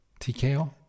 TKO